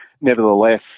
nevertheless